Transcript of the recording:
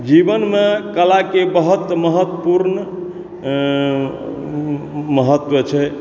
जीवनमे कला के बहुत महत्वपूर्ण महत्व छै